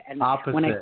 Opposite